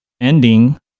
ending